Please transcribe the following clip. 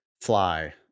fly-